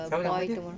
siapa nama dia